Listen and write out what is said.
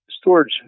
storage